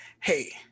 hey